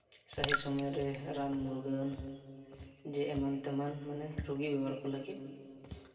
ᱥᱟᱹᱦᱤ ᱥᱚᱢᱚᱭ ᱨᱮ ᱨᱟᱱ ᱢᱩᱨᱜᱟᱹᱱ ᱡᱮ ᱮᱢᱟᱱ ᱛᱮᱢᱟᱱ ᱨᱩᱜᱤ ᱵᱮᱵᱚᱦᱟᱨ ᱞᱟᱹᱜᱤᱫ